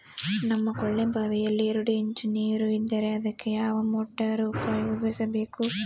ನಮ್ಮ ಕೊಳವೆಬಾವಿಯಲ್ಲಿ ಎರಡು ಇಂಚು ನೇರು ಇದ್ದರೆ ಅದಕ್ಕೆ ಯಾವ ಮೋಟಾರ್ ಉಪಯೋಗಿಸಬೇಕು?